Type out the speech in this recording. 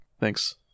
Thanks